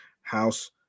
house